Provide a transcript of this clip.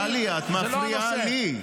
טלי, את מפריעה לי.